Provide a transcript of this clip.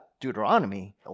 Deuteronomy